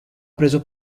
preso